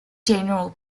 general